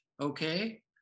Okay